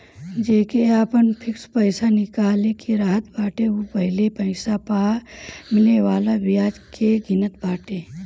जेके आपन फिक्स पईसा निकाले के रहत बाटे उ पहिले पईसा पअ मिले वाला बियाज के गिनत बाटे